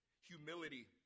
humility